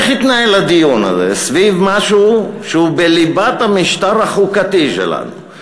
איך התנהל הדיון הזה סביב משהו שהוא בליבת המשטר החוקתי שלנו?